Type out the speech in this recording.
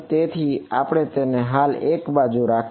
તેથી આપણે તેને હાલ માટે એકબાજુ રાખીએ